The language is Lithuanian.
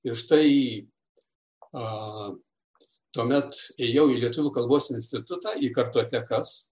ir štai a tuomet ėjau į lietuvių kalbos institutą į kartotekas